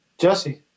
Jesse